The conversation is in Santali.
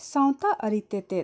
ᱥᱟᱶᱛᱟ ᱟᱹᱨᱤ ᱛᱮᱛᱮᱫ